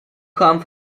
kamen